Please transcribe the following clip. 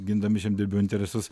gindami žemdirbių interesus